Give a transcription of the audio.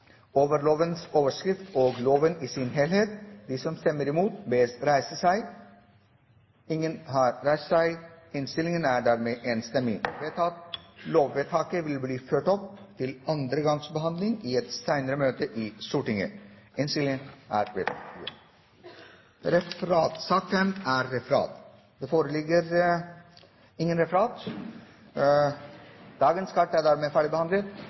lovens overskrift og loven i sin helhet. Lovvedtaket vil bli ført opp til andre gangs behandling i et senere møte i Stortinget. Det foreligger ikke noe referat. Dermed er dagens kart ferdigbehandlet. Ber noen om ordet før møtet heves? – Møtet er